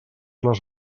les